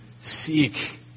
seek